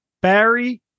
Barry